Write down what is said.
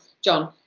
John